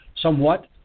somewhat